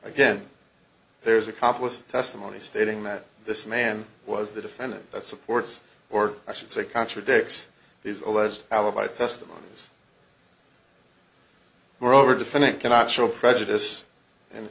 again there's accomplice testimony stating that this man was the defendant that supports or i should say contradicts his alleged alibi testimonies moreover defendant cannot show prejudice